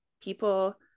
people